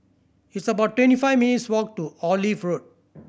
it's about twenty five minutes' walk to Olive Road